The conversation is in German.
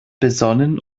besonnen